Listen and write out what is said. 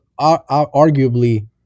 arguably